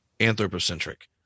anthropocentric